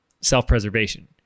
self-preservation